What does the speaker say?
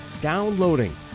downloading